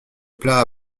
plat